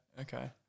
Okay